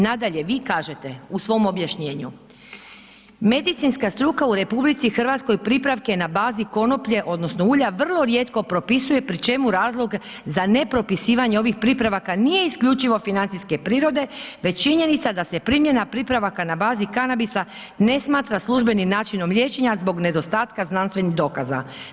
Nadalje, vi kažete u svom objašnjenju medicinska struka u RH pripravke na bazi konoplje odnosno ulja vrlo rijetko propisuje pri čemu razlog za nepropisivanje ovih pripravaka nije isključivo financijske prirode već činjenica da se primjena pripravaka na bazi kanabisa ne smatra službenim načinom liječenja zbog nedostatka znanstvenih dokaza.